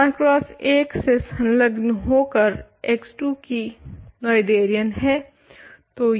तो Rx1 से संलग्न होकर x2 भी नोएथेरियन है